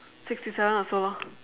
sixty seven also lor